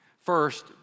First